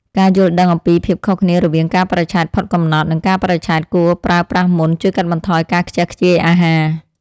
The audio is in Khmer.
ការយល់ដឹងអំពីភាពខុសគ្នារវាងកាលបរិច្ឆេទផុតកំណត់ និងកាលបរិច្ឆេទគួរប្រើប្រាស់មុន ជួយកាត់បន្ថយការខ្ជះខ្ជាយអាហារ។